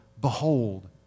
Behold